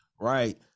Right